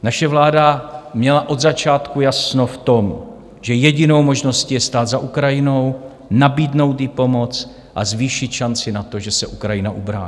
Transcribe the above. Naše vláda měla od začátku jasno v tom, že jedinou možností je stát za Ukrajinou, nabídnout jí pomoc a zvýšit šanci na to, že se Ukrajina ubrání.